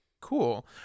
cool